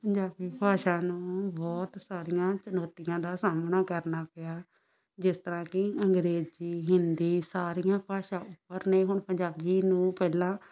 ਪੰਜਾਬੀ ਭਾਸ਼ਾ ਨੂੰ ਬਹੁਤ ਸਾਰੀਆਂ ਚੁਣੌਤੀਆਂ ਦਾ ਸਾਹਮਣਾ ਕਰਨਾ ਪਿਆ ਜਿਸ ਤਰ੍ਹਾਂ ਕਿ ਅੰਗਰੇਜ਼ੀ ਹਿੰਦੀ ਸਾਰੀਆਂ ਭਾਸ਼ਾ ਉੱਪਰ ਨੇ ਹੁਣ ਪੰਜਾਬੀ ਨੂੰ ਪਹਿਲਾਂ